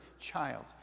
child